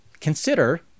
consider